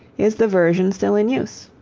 is the version still in use.